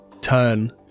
turn